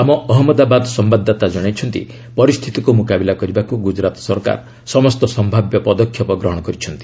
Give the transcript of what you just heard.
ଆମ ଅହମ୍ମଦାବାଦ ସମ୍ଭାଦଦାତା ଜଣାଇଛନ୍ତି ପରିସ୍ଥିତିକୁ ମୁକାବିଲା କରିବାକୁ ଗ୍ରଜରାତ୍ ସରକାର ସମସ୍ତ ସମ୍ଭାବ୍ୟ ପଦକ୍ଷେପ ଗ୍ରହଣ କରିଛନ୍ତି